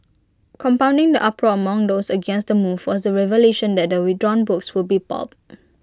compounding the uproar among those against the move was the revelation that the withdrawn books would be pulped